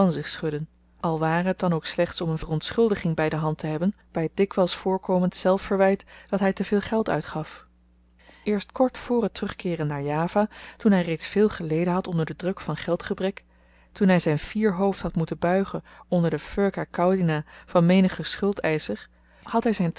al ware het dan ook slechts om een verontschuldiging by de hand te hebben by het dikwyls voorkomend zelfverwyt dat hy te veel geld uitgaf eerst kort voor het terugkeeren naar java toen hy reeds veel geleden had onder den druk van geldgebrek toen hy zyn fier hoofd had moeten buigen onder de furca caudina van menigen schuldeischer had hy zyn